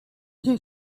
nie